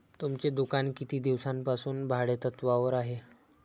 तुमचे दुकान किती दिवसांपासून भाडेतत्त्वावर आहे?